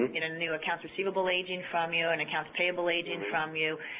get a new accounts receivable aging from you and accounts payable aging from you.